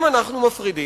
אם אנחנו מפרידים,